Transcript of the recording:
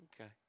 Okay